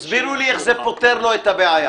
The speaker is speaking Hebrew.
תסבירו לי איך זה פותר לו את הבעיה.